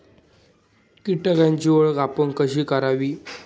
कीटकांची ओळख आपण कशी करावी?